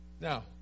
Now